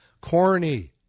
corny